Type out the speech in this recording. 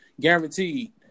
guaranteed